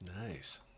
Nice